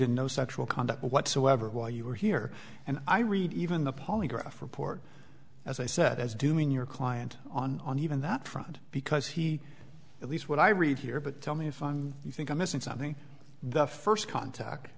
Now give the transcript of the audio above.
in no sexual conduct whatsoever while you are here and i read even the polygraph report as i said as doing your client on on even that front because he at least what i read here but tell me if you think i'm missing something the first contact